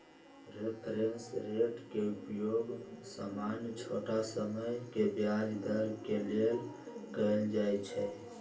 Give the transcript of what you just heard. reference rate के उपयोग सामान्य छोट समय के ब्याज दर के लेल कएल जाइ छइ